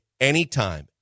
anytime